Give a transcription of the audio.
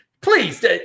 please